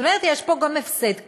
זאת אומרת, יש פה גם הפסד כספי,